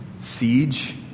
siege